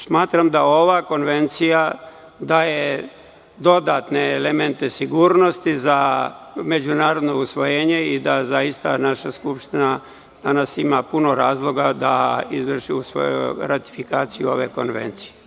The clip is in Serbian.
Smatram da ova konvencija daje dodatne elemente sigurnosti za međunarodno usvojenje i da zaista naša Skupština danas ima puno razloga da izvrši ratifikaciju ove konvencije.